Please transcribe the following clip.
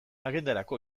agendarako